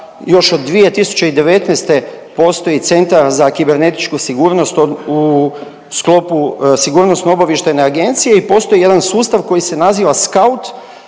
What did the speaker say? još od 2019. postoji Centar za kibernetičku sigurnost u sklopu SOA-e i postoji jedan sustav koji se naziva SK@UT